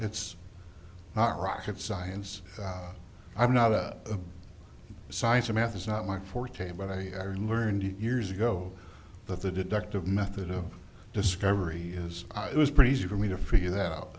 it's not rocket science i'm not a science or math is not my forte but i learned years ago that the deductive method of discovery is it was pretty easy for me to figure that out